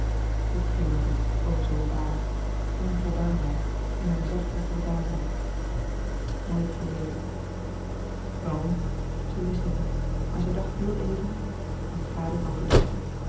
het schemerde o zoo vaag onvoldaanheid in haar zachte voldaanheid nooit geleefd waarom zij wist het niet maar zij louis couperus de boeken der kleine zielen dacht heel even een schaduw van